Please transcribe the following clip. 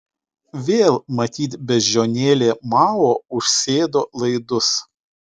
vėl matyt beždžionėlė mao užsėdo laidus